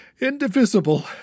indivisible